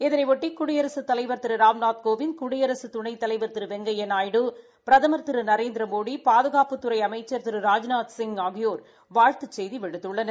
இதனையொட்டி குடியரசுத் தலைவர் திரு ராம்நாத் கோவிந்த் குடியரசு துணைத்தலைவர் திரு வெங்கையா நாயுடு பிரதம் திரு நரேந்திரமோடி பாதுகாப்புத்துறை அமைச்சா் திரு ராஜ்நாத்சிங் ஆகியோா் வாழ்த்துச் செய்தி விடுத்துள்ளனர்